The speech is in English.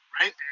right